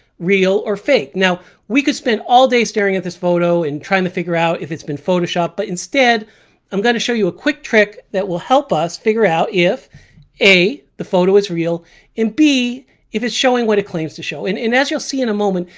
real or fake? now we could spend all day staring at this photo and trying to figure out if it's been photoshopped but instead i'm going to show you a quick trick that will help us figure out if a the photo is real and b if it's showing what it claims to show. and as you'll see in a moment,